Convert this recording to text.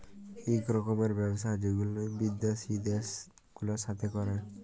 ইক রকমের ব্যবসা যেগুলা বিদ্যাসি দ্যাশ গুলার সাথে ক্যরে